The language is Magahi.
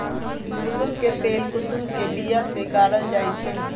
कुशुम के तेल कुशुम के बिया से गारल जाइ छइ